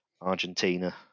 Argentina